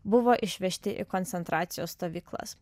buvo išvežti į koncentracijos stovyklas